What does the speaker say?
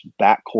backcourt